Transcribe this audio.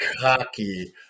cocky